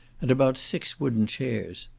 and about six wooden chairs.